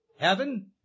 heaven